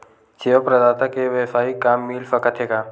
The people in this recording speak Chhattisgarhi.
सेवा प्रदाता के वेवसायिक काम मिल सकत हे का?